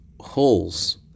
holes